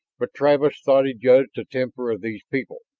but travis thought he judged the temper of these people.